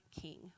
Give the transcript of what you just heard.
king